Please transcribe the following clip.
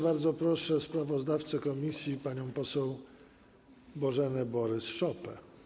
Bardzo proszę sprawozdawcę komisji panią poseł Bożenę Borys-Szopę.